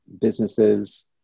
businesses